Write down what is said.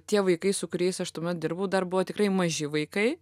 tie vaikai su kuriais aš tuomet dirbau dar buvo tikrai maži vaikai